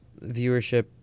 viewership